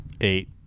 Eight